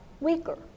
weaker